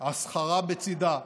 אך שכרה בצידה: